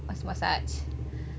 massage